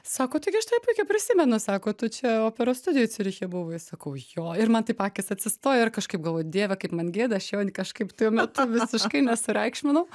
sako taigi aš tave puikiai prisimenu sako tu čia operos studijoj ciuriche buvai sakau jo ir man taip akis atsistoja ir kažkaip galvoju dieve kaip man gėda aš jo kažkaip tuo metu visiškai nesureikšminau